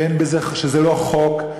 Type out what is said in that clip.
שזה לא חוק,